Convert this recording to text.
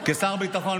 אדוני שר הביטחון,